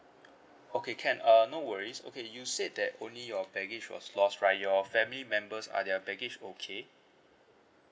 okay can uh no worries okay you said that only your baggage was lost right your family members are their baggage okay